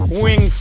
wing